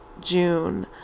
June